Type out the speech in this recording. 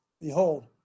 Behold